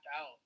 out